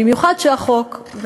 במיוחד כשהחוק,